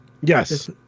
Yes